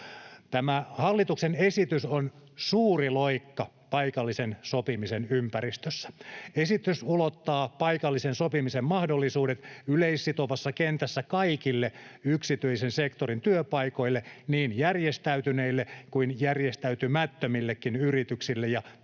hallituksen esitys on suuri loikka paikallisen sopimisen ympäristössä. Esitys ulottaa paikallisen sopimisen mahdollisuudet yleissitovassa kentässä kaikille yksityisen sektorin työpaikoille, niin järjestäytyneille kuin järjestäytymättömillekin yrityksille ja työntekijöille.